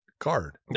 card